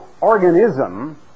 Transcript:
organism